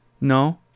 No